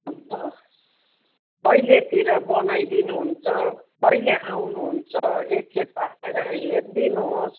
अन्त कहिलेतिर बनाइदिनुहुन्छ कहिले आउनुहुन्छ एकखेप आएर हेरिदिनुहोस्